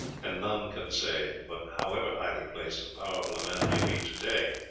and none can say but, however highly placed and powerful a man may be to-day,